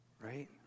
Right